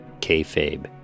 kayfabe